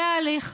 זה ההליך.